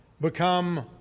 become